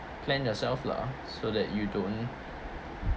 plan yourself lah so that you don't